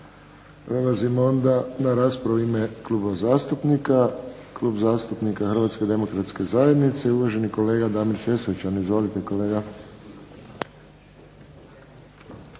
Prelazimo onda na raspravu u ime klubova zastupnika. Klub zastupnika Hrvatske demokratske zajednice i uvaženi kolega Damir Sesvečan. Izvolite kolega.